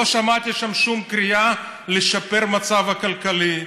לא שמעתי שם שום קריאה לשפר מצב כלכלי,